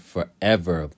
Forever